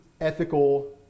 ethical